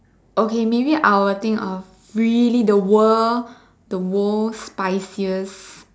okay I will think of really the world the world's spiciest